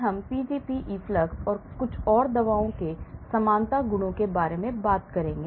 आज हम Pgp efflux और कुछ और दवा समानता गुणों के बारे में बात करेंगे